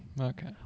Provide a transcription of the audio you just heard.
Okay